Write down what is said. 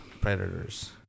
Predators